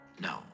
No